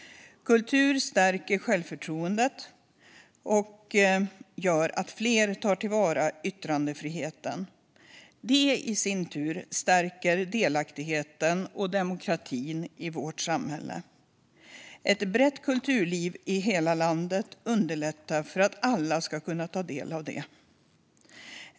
Kultur stärker självförtroendet och gör att fler tar till vara yttrandefriheten. Detta i sin tur stärker delaktigheten och demokratin i vårt samhälle. Ett brett kulturliv i hela landet underlättar för alla att ta del av det.